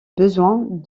besoins